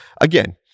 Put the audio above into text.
again